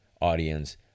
audience